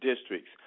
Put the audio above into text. districts